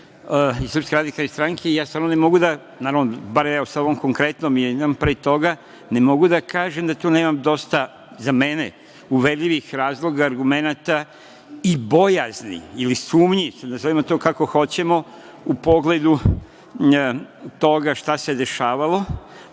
poslanika, kolega iz SRS i ja stvarno ne mogu, naravno, barem, evo, sa ovom konkretnom jednom, pre toga ne mogu da kažem da tu nema dosta, za mene, uverljivih razloga, argumenata i bojazni ili sumnji, nazovimo to kako hoćemo, u pogledu toga šta se dešavalo,